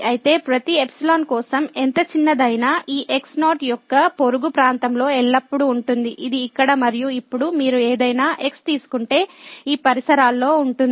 అయితే ప్రతి ఎప్సిలాన్ కోసం ఎంత చిన్నదైనా ఈ x0 యొక్క పొరుగు ప్రాంతంలో ఎల్లప్పుడూ ఉంటుంది ఇది ఇక్కడ మరియు ఇప్పుడు మీరు ఏదైనా x తీసుకుంటే ఈ పరిసరాల్లో ఉంటుంది